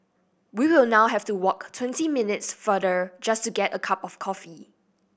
we will now have to walk twenty minutes farther just to get a cup of coffee